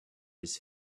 his